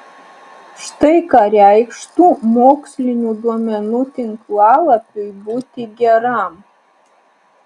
štai ką reikštų mokslinių duomenų tinklalapiui būti geram